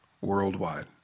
Worldwide